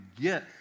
get